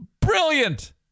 Brilliant